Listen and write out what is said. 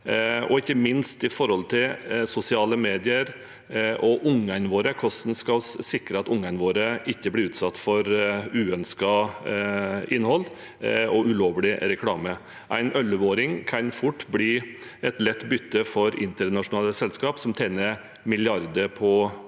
nå ikke minst når det gjelder sosiale medier og ungene våre, hvordan vi skal sikre at ungene våre ikke blir utsatt for uønsket innhold og ulovlig reklame. En 11-åring kan fort bli et lett bytte for internasjonale selskap som tjener milliarder på å